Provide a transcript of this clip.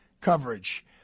coverage